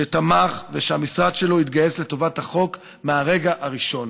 שתמך ושהמשרד שלו התגייס לטובת החוק מהרגע הראשון.